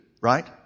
right